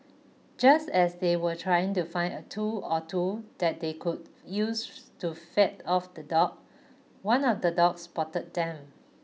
just as they were trying to find a tool or two that they could use to fed off the dog one of the dogs spotted them